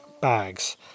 bags